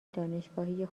دانشگاهی